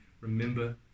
remember